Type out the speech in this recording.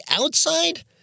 outside